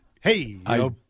hey